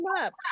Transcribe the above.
up